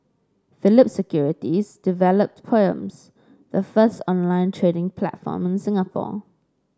Phillip Securities developed poems the first online trading platform in Singapore